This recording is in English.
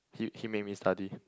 he he made me study